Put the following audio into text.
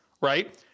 right